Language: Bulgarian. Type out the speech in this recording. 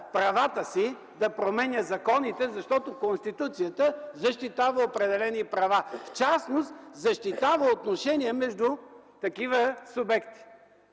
права, да променя законите, защото Конституцията защитава определени права, в частност, защитава отношения между такива субекти.